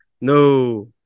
No